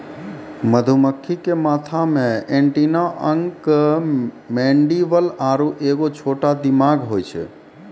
मधुमक्खी के माथा मे एंटीना अंक मैंडीबल आरु एगो छोटा दिमाग होय छै